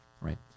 right